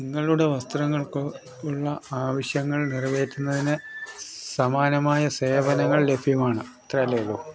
നിങ്ങളുടെ വസ്ത്രങ്ങൾക്കുള്ള ആവശ്യങ്ങൾ നിറവേറ്റുന്നതിന് സമാനമായ സേവനങ്ങൾ ലഭ്യമാണ് ഇത്രയല്ലേ ഉള്ളു